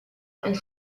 and